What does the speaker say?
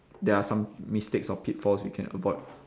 there are some mistakes or pitfalls we can avoid